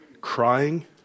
crying